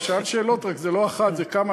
הוא שאל שאלות, רק זה לא אחת, זה כמה.